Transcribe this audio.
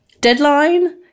deadline